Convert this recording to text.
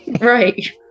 Right